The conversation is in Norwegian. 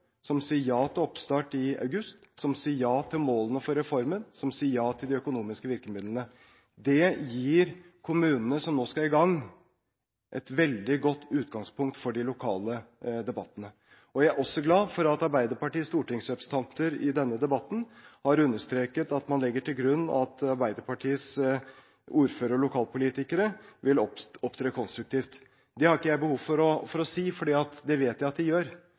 som sier ja til reform, som sier ja til oppstart i august, som sier ja til målene for reformen, som sier ja til de økonomiske virkemidlene. Det gir kommunene som nå skal i gang, et veldig godt utgangspunkt for de lokale debattene. Jeg er også glad for at Arbeiderpartiets stortingsrepresentanter i denne debatten har understreket at man legger til grunn at Arbeiderpartiets ordførere og lokalpolitikere vil opptre konstruktivt. Det har ikke jeg behov for å si, for det vet jeg at de gjør.